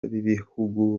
b’ibihugu